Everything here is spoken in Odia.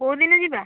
କେଉଁଦିନ ଯିବା